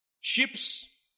Ships